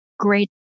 great